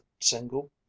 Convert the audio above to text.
single